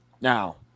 now